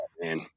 man